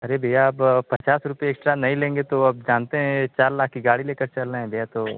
अरे भैया अब पचास रुपये एक्स्ट्रा नहीं लेंगे तो अब जानते हैं ये चार लाख की गाड़ी लेकर चल रहे हैं भैया तो